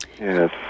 yes